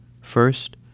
First